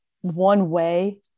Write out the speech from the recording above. one-way